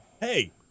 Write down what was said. hey